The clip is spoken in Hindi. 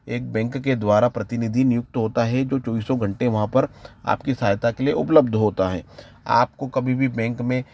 या एक बैंक के द्वारा प्रतिनिधि नियुक्ति होता हैं जो चौबीसों घंटे वहाँ पर आप के सहायता के लिए उपलब्ध होता है आपको कभी भी बैंक में